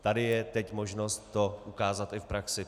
Tady je teď možnost to ukázat i v praxi.